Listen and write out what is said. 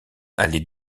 allait